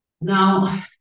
Now